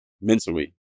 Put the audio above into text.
mentally